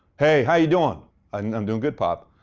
hey, how you doing? and i'm doing good, pop.